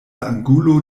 angulo